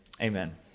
amen